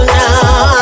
now